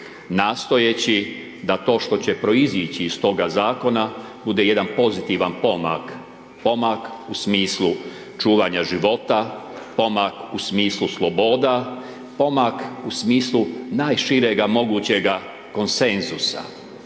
nastojeći da to što će proizići iz toga zakona bude jedan pozitivan pomak, pomak u smislu čuvanja života, pomak u smislu sloboda, pomak u smislu najširega mogućega konsenzusa,